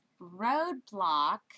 roadblock